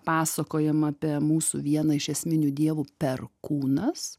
pasakojimą apie mūsų vieną iš esminių dievų perkūnas